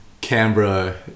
Canberra